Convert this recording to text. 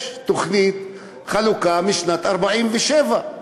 יש תוכנית חלוקה משנת 47',